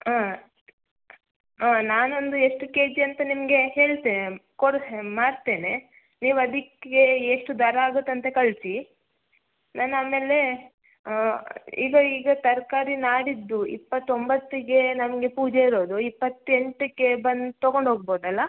ಹಾಂ ಹಾಂ ನಾನೊಂದು ಎಷ್ಟು ಕೆ ಜಿ ಅಂತ ನಿಮಗೆ ಹೇಳ್ತೆ ಕೊಡ ಮಾಡ್ತೇನೆ ನೀವು ಅದಕ್ಕೆ ಎಷ್ಟು ದರ ಆಗುತ್ತಂತ ಕಳಿಸಿ ನಾನು ಆಮೇಲೆ ಈಗ ಈಗ ತರಕಾರಿ ನಾಡಿದ್ದು ಇಪ್ಪತ್ತೊಂಬತ್ತಿಗೆ ನಮಗೆ ಪೂಜೆ ಇರೋದು ಇಪ್ಪತ್ತೆಂಟಕ್ಕೆ ಬಂದು ತಗೊಂಡು ಹೋಗ್ಬೋದಲ್ಲ